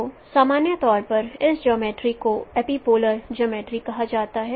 तो सामान्य तौर पर इस जियोमर्ट्री को एपीपोलर जियोमर्ट्री कहा जाता है